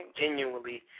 genuinely